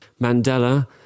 Mandela